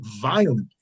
violently